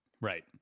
right